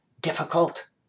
difficult